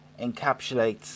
encapsulates